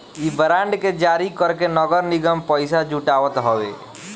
इ बांड के जारी करके नगर निगम पईसा जुटावत हवे